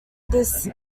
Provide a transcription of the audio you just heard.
this